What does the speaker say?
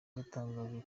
yatangajwe